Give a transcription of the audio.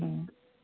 ம்